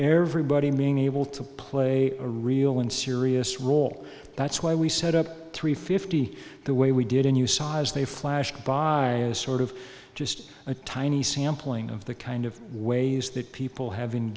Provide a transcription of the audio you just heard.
everybody being able to play a real and serious role that's why we set up three fifty the way we did and you saw as they flashed by sort of just a tiny sampling of the kind of ways that people have